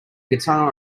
guitar